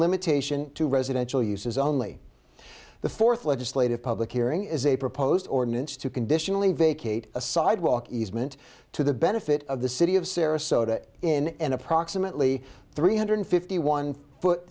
limitation to residential uses only the fourth legislative public hearing is a proposed ordinance to conditionally vacate a sidewalk easement to the benefit of the city of sarasota in an approximately three hundred fifty one foot